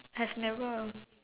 has never